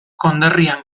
konderrian